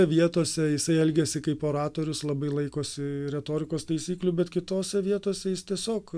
vietose jisai elgiasi kaip oratorius labai laikosi retorikos taisyklių bet kitose vietose jis tiesiog